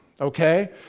okay